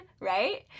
right